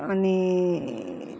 अनि